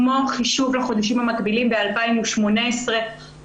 כמו חישוב לחודשים המקבילים ב-2018 או